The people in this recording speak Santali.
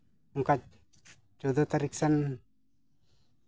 ᱚᱱᱠᱟ ᱪᱳᱫᱫᱚ ᱛᱟᱹᱨᱤᱠᱷ ᱥᱮᱫ